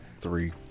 three